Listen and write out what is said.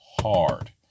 hard